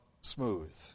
smooth